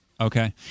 Okay